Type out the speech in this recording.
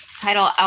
title